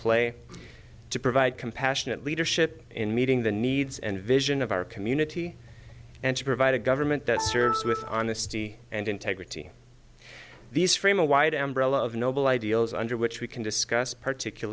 play to provide compassionate leadership in meeting the needs and vision of our community and to provide a government that serves with honesty and integrity these from a wide embroil of noble ideals under which we can discuss particular